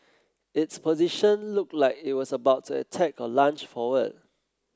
its position looked like it was about to attack or lunge forward